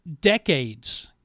decades